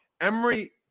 Emery